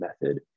method